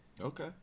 Okay